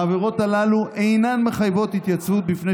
העבירות הללו אינן מחייבות התייצבות בפני